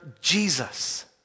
Jesus